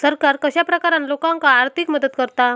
सरकार कश्या प्रकारान लोकांक आर्थिक मदत करता?